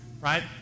right